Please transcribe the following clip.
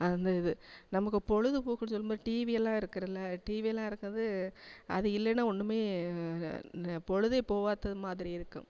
அந்த இது நமக்கு பொழுதுப்போக்குன்னு சொல்லும் போது டிவியெல்லாம் இருக்குறுல்ல டிவியெல்லாம் இருக்குது அது இல்லைன்னா ஒன்றுமே பொழுதே போகாதது மாதிரி இருக்கும்